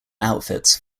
outfits